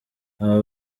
abo